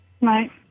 Right